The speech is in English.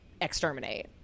exterminate